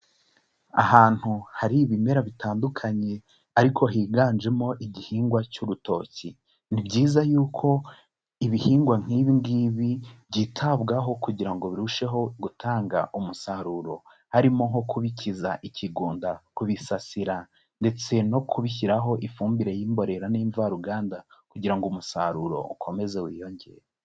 Ahantu hari ibimera bitandukanye ariko higanjemo igihingwa cy'urutoki, ni byiza y'uko ibihingwa nk'ibi ngibi byitabwaho kugira ngo birusheho gutanga umusaruro, harimo nko kubikiza ikigunda, kubisasira ndetse no kubishyiraho ifumbire y'imborera n'imvaruganda kugira ngo umusaruro ukomeze wiyongere.